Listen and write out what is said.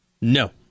No